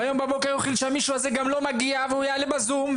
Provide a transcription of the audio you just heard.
והיום בבוקר התחיל שהמישהו הזה גם לא מגיע והוא יעלה בזום,